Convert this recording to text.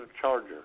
Charger